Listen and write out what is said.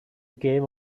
game